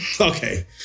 Okay